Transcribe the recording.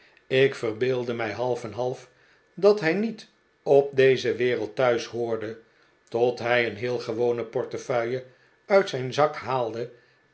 ik verbeeldde mij half en half dat hij niet op deze wereld thuis hoorde tot hij een heel gewone portefeuille uit zijn zak haalde